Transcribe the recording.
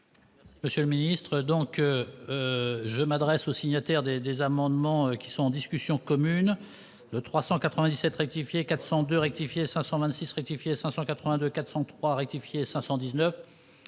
Monsieur le ministre, donc je m'adresse aux signataires des des amendements qui sont en discussion, commune de 397 rectifier 400 de rectifier 526 rectifier 582 403 rectifier 519